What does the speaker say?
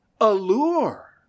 allure